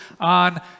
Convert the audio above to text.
on